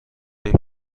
این